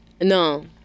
No